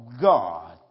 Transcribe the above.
God